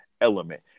element